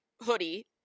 hoodie